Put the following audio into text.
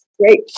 Great